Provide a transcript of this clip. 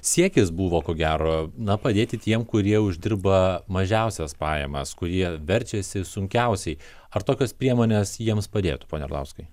siekis buvo ko gero na padėti tiem kurie uždirba mažiausias pajamas kurie verčiasi sunkiausiai ar tokios priemonės jiems padėtų pone arlauskai